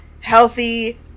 healthy